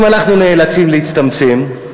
אם אנחנו נאלצים להצטמצם,